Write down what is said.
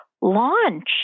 launch